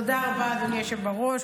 תודה רבה, אדוני היושב בראש.